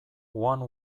one